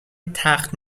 تخت